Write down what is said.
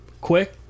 Quick